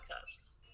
cups